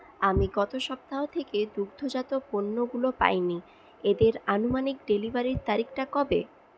আমি গত সপ্তাহ থেকে দুগ্ধজাত পণ্য গুলো পাইনি এদের আনুমানিক ডেলিভারির তারিখটা কবে